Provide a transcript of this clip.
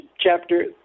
chapter